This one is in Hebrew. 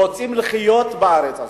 רוצים לחיות בארץ הזאת,